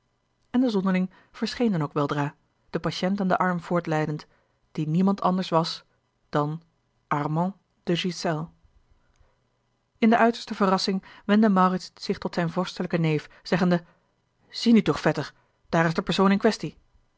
en de zonderling verscheen dan ook weldra den patiënt aan den arm voortleidend die niemand anders was dan armand de ghiselles in de uiterste verrassing wendde maurits zich tot zijn vorstelijken neef zeggende zie nu toch vetter daar is de persoon in quaestie